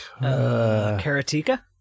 Karatika